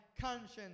conscience